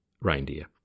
reindeer